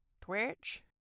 Twitch